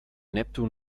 neptun